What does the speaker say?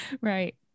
Right